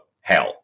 hell